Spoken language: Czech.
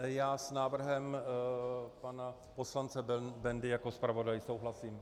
Já s návrhem pana poslance Bendy jako zpravodaj souhlasím.